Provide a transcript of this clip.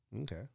Okay